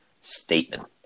statement